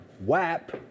wap